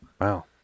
Wow